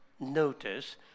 notice